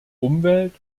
umwelt